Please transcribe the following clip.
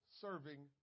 serving